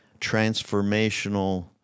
transformational